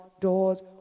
doors